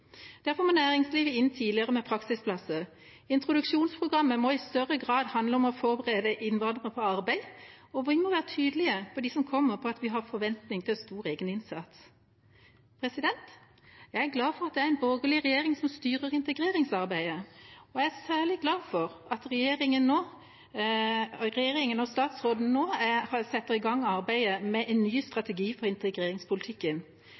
Derfor må næringslivet inn tidligere med praksisplasser. Introduksjonsprogrammet må i større grad handle om å forberede innvandrere på arbeid, og vi må være tydeligere overfor dem som kommer, om at vi har forventninger om stor egeninnsats. Jeg er glad for at det er en borgerlig regjering som styrer integreringsarbeidet. Jeg er særlig glad for at regjeringa og statsråden nå setter i gang arbeidet med en ny